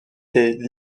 est